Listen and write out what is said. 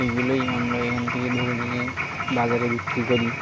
এগুলোই আমরা এখান থেকে ধরে নিয়ে বাজারে বিক্রি করি